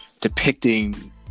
depicting